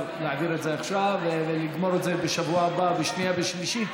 שאפשר להעביר את זה עכשיו ולגמור את זה בשבוע הבא בשנייה ושלישית.